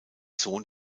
sohn